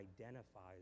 identifies